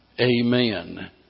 Amen